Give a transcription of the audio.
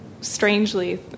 strangely